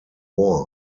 war